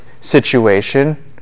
situation